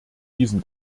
diesen